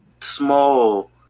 small